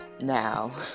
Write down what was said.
Now